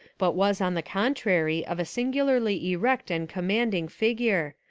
but was on the contrary of a singularly erect and commanding figure,